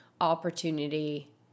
opportunity